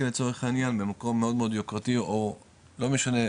לצורך העניין במקום מאוד מאוד יוקרתי או לא משנה,